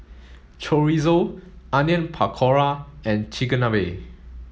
Chorizo Onion Pakora and Chigenabe